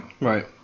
right